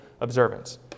observance